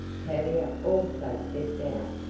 tavia also stepped out,